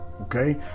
okay